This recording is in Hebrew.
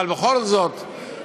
אבל בכל זאת,